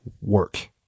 work